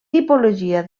tipologia